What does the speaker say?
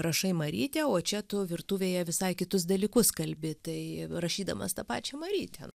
rašai marytę o čia tu virtuvėje visai kitus dalykus kalbi tai rašydamas tą pačią marytę